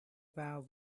vow